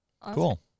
Cool